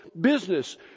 business